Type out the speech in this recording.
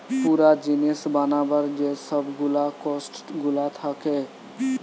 পুরা জিনিস বানাবার যে সব গুলা কোস্ট গুলা থাকে